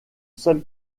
seule